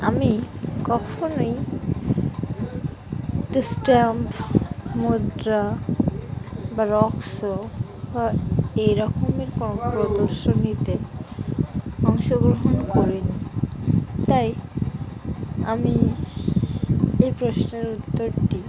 আমি কখনোই তো স্ট্যাম্প মুদ্রা বা রক শো বা এই রকমের কোনো প্রদর্শনীতে অংশগ্রহণ করিনি তাই আমি এই প্রশ্নের উত্তরটি